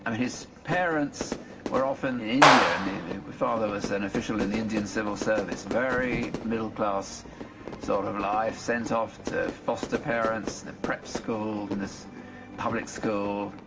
ah his parents were often in india, and his father was an official in the indian civil service, very middle-class sort of life, sent off to foster parents and prep school in this public school.